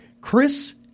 Chris